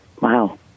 Wow